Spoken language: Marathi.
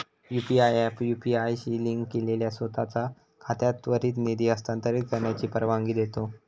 यू.पी.आय ऍप यू.पी.आय शी लिंक केलेल्या सोताचो खात्यात त्वरित निधी हस्तांतरित करण्याची परवानगी देता